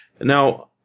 Now